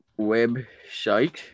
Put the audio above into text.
website